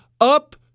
Up